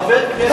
לחבר כנסת?